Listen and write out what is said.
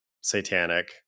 satanic